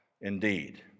indeed